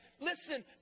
Listen